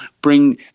bring